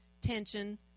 tension